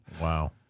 Wow